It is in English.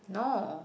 no